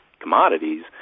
commodities